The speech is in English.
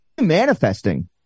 manifesting